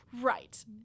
Right